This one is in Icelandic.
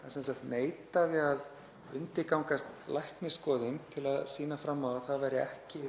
Það neitaði sem sagt að undirgangast læknisskoðun til að sýna fram á að það væri ekki